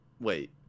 Wait